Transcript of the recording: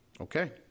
okay